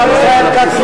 כבוד השר?